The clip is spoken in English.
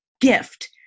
gift